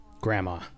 Grandma